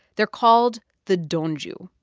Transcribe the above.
they're called the donju.